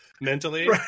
mentally